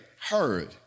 heard